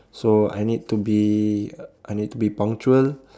so I need to be I need to be punctual